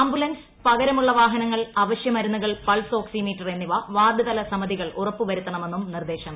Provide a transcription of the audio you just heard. ambulance പൂക്ക്ര്മുള്ള വാഹനങ്ങൾ അവശ്യമരുന്നുകീൾ പൾസ് ഓക്സീമീറ്റർ എന്നിവ വാർഡുതല സമിതികൾ ഉറപ്പുവരുത്തണ്മെന്നും നിർദ്ദേശം